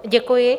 Děkuji.